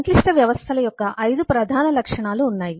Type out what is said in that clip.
సంక్లిష్ట వ్యవస్థల యొక్క 5 ప్రధాన లక్షణాలు ఉన్నాయి